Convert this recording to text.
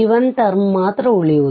b1ಟರ್ಮ್ ಮಾತ್ರ ಉಳಿಯುವುದು